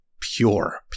pure